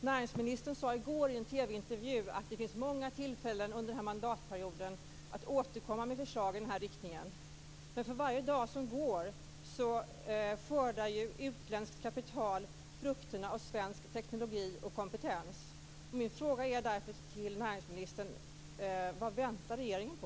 Näringsministern sade i går i en TV-intervju att det finns många tillfällen under den här mandatperioden att återkomma med förslag i den riktningen. Men för varje dag som går skördar utländskt kapital frukterna av svensk teknologi och kompetens. Min fråga till näringsministern är därför: Vad väntar regeringen på?